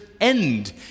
end